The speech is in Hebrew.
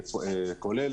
כולנו,